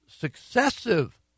successive